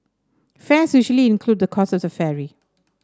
fares usually include the cost of the ferry